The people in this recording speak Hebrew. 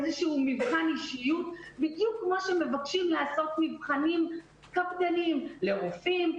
איזשהו מבחן אישיות בדיוק כמו שמבקשים לעשות מבחנים קפדניים לרופאים,